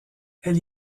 elle